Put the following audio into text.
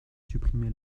supprimé